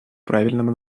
правильном